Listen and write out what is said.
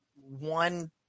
One